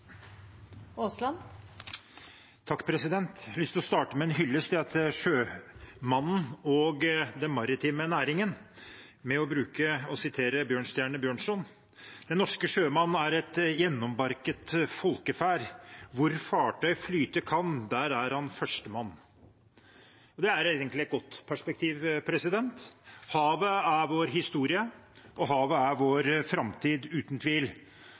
lyst til å starte med en hyllest til sjømannen og den maritime næringen ved å sitere Bjørnstjerne Bjørnson: «Den norske sjømann er et gjennombarket folkeferd; hvor fartøy flyte kan, der er han førstemann.» Det er egentlig et godt perspektiv. Havet er vår historie, og havet er vår framtid, uten tvil.